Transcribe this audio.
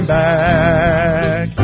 back